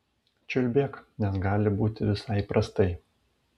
čiulbėk nes gali būti visai prastai